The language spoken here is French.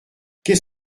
qu’est